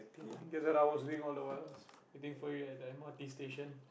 and guess what I was reading all the while waiting for you at the m_r_t station